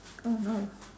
oh no